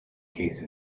case